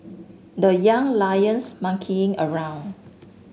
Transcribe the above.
the Young Lions monkeying around